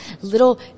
little